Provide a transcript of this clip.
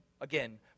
again